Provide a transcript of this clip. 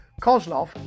Kozlov